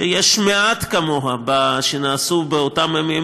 שמעט כמוהו נעשו באותם ימים.